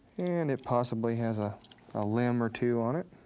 and it possibly has a ah limb or two on it.